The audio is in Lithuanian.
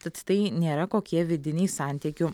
tad tai nėra kokie vidiniai santykių